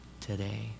today